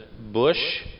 Bush